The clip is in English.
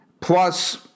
Plus